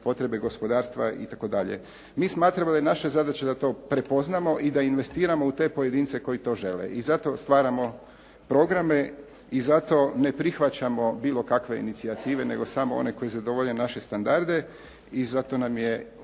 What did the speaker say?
potrebe gospodarstva itd. Mi smatramo da je naša zadaća da to prepoznamo i da investiramo u te pojedince koji to žele i zato stvaramo programe i zato ne prihvaćamo bilo kakve inicijative, nego samo one koji zadovolje naše standarde, i zato nam je